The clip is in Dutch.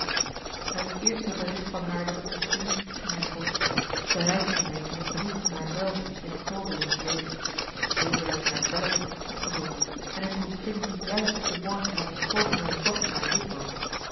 het eerste bericht van haar dat ik ontving ging hij voort bereikte mij in een brief van haarzelve in october l l deze werd mij uit delaford opgezonden en ik ontving dien juist op den morgen van ons voorgenomen tochtje naar